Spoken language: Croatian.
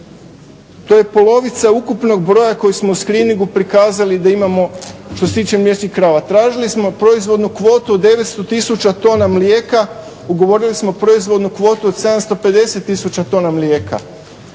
To je polovica ukupnog broja koja smo u screeningu prikazali da imamo što se tiče mliječnih krava. Tražili smo proizvodnu kvotu od 900 tisuća tona mlijeka. Ugovorili smo proizvodnu kvotu od 750 tisuća tona mlijeka.